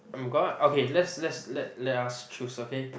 I'm gonna okay let's let's let let us choose okay